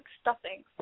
stuffing